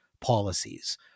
policies